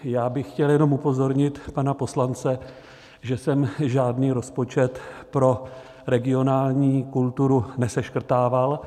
Já bych chtěl jenom upozornit pana poslance, že jsem žádný rozpočet pro regionální kulturu neseškrtával.